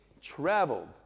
traveled